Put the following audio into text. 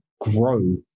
Grow